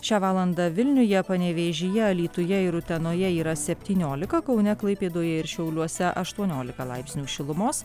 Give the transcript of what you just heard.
šią valandą vilniuje panevėžyje alytuje ir utenoje yra septyniolika kaune klaipėdoje ir šiauliuose aštuoniolika laipsnių šilumos